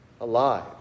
alive